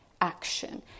action